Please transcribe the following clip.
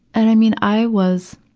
and, i mean, i was,